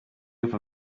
other